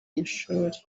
ishuri